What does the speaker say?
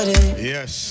Yes